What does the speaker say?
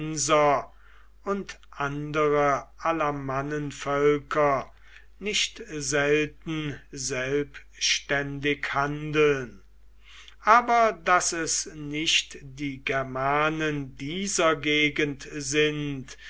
und andere alamannenvölker nicht selten selbständig handeln aber daß es nicht die germanen dieser gegend sind